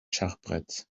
schachbretts